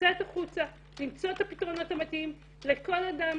לצאת החוצה, למצוא את הפתרונות המתאימים לכל אדם.